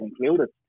included